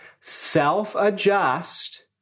Self-adjust